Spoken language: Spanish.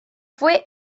fue